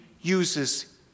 uses